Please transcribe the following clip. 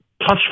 touch